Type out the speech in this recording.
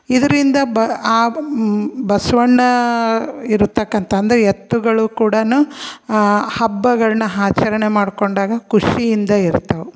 ಇದರಿಂದ ಬ ಆ ಬಸವಣ್ಣ ಇರತಕ್ಕಂಥ ಅಂದ್ರೆ ಎತ್ತುಗಳು ಕೂಡ ಹಬ್ಬಗಳನ್ನ ಆಚರಣೆ ಮಾಡಿಕೊಂಡಾಗ ಖುಷಿಯಿಂದ ಇರ್ತವೆ